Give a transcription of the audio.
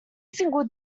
single